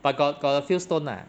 but got got a few stone ah